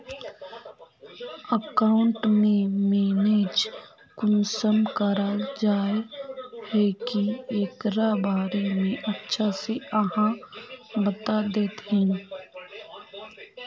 Account के manage कुंसम कराल जाय है की एकरा बारे में अच्छा से आहाँ बता देतहिन?